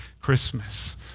Christmas